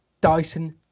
Dyson